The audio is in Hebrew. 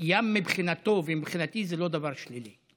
ים מבחינתו ומבחינתי זה לא דבר שלילי.